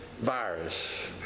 virus